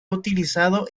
utilizado